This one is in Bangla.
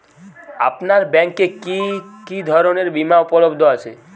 আপনার ব্যাঙ্ক এ কি কি ধরনের বিমা উপলব্ধ আছে?